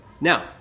now